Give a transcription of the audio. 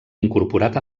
incorporat